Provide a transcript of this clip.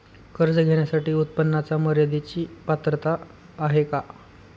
कर्ज घेण्यासाठी उत्पन्नाच्या मर्यदेची पात्रता आहे का?